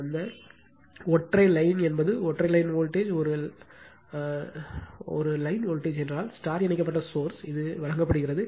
அந்த ஒற்றை லைன் என்பது ஒற்றை லைன் வோல்டேஜ் ஒரு லைன் வோல்டேஜ் என்றால் இணைக்கப்பட்ட சோர்ஸ் இது வழங்கப்படுகிறது